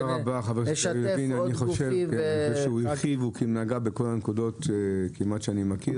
אני חושב שחבר הכנסת יריב לוין הרחיב ונגע בכל הנקודות שאני מכיר,